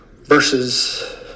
versus